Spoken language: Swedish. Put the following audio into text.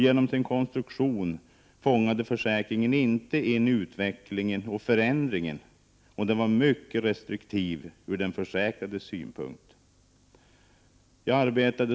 Genom sin konstruktion fångade försäkringen inte in utvecklingen och förändringen, och den var mycket restriktiv från den försäkrades synpunkt.